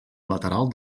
lateral